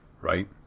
Right